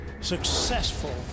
successful